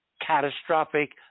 catastrophic